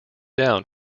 down